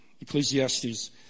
Ecclesiastes